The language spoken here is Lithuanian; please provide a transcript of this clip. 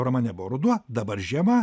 romane buvo ruduo dabar žiema